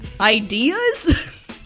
Ideas